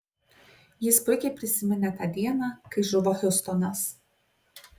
jis puikiai prisiminė tą dieną kai žuvo hiustonas